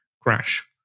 crash